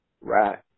Right